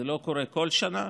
זה לא קורה כל שנה,